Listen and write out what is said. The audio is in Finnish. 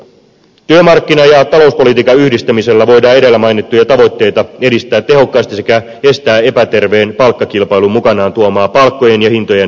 työmarkkina ja talouspolitiikan yhdistämisellä voidaan edellä mainittuja tavoitteita edistää tehokkaasti sekä estää epäterveen palkkakilpailun mukanaan tuomaa palkkojen ja hintojen nousevaa kierrettä